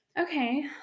Okay